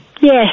yes